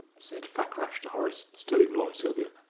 said fakrash to horace, still ignoring sylvia,